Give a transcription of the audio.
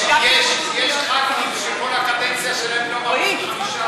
יש ח"כים שכל הקדנציה שלהם לא מעבירים חמישה